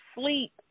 sleep